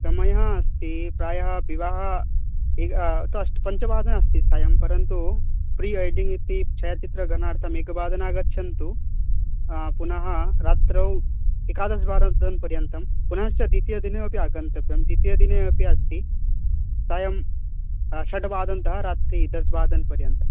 समयः अस्ति प्रायः विवाहः अष्ट पञ्चवादने अस्ति सायं परन्तु प्रीवेडिङ्ग् इति छायाचित्रग्रहणार्थम् एकवादने आगच्छन्तु पुनः रात्रौ एकादशवादनपर्यन्तं पुनश्च द्वितीयदिने अपि आगन्तव्यं द्वितीयदिनेऽपि अस्ति सायं षड्वादनतः रात्रौ दशवादनपर्यन्तम्